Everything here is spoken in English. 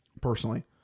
personally